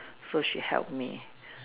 so she help me